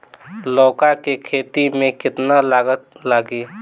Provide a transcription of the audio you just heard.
लौका के खेती में केतना लागत लागी?